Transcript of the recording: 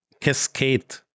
cascade